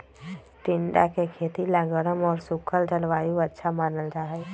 टिंडा के खेती ला गर्म और सूखल जलवायु अच्छा मानल जाहई